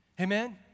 Amen